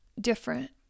different